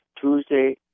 Tuesday